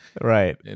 Right